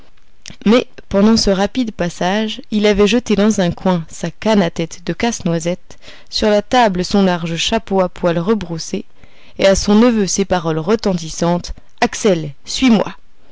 mais pendant ce rapide passage il avait jeté dans un coin sa canne à tête de casse-noisette sur la table son large chapeau à poils rebroussés et à son neveu ces paroles retentissantes axel suis-moi